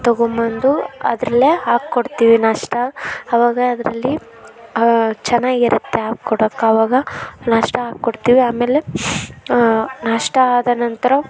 ತಗೊಂಬಂದು ಅದರಲ್ಲೇ ಹಾಕಿ ಕೊಡ್ತೀವಿ ನಾಷ್ಟಾ ಆವಾಗ ಅದರಲ್ಲಿ ಚೆನ್ನಾಗಿರತ್ತೆ ಹಾಕ್ ಕೊಡೋಕೆ ಅವಾಗ ನಾಷ್ಟಾ ಹಾಕ್ ಕೊಡ್ತೀವಿ ಆಮೇಲೆ ನಾಷ್ಟಾ ಆದ ನಂತರ